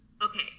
Okay